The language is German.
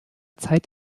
zeit